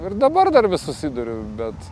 ir dabar dar vis susiduriu bet